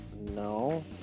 no